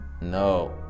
no